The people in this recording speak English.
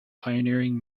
pioneering